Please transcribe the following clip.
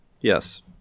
Yes